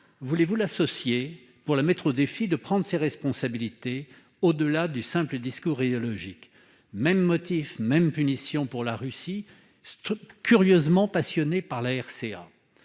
Voulez-vous l'associer, pour la mettre au défi de prendre ses responsabilités, au-delà du simple discours idéologique ? Je vous pose la même question s'agissant de la Russie, curieusement passionnée par la RCA,